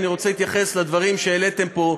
אני רוצה להתייחס לדברים שהעליתם פה,